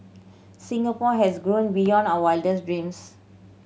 Singapore has grown beyond our wildest dreams